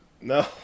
No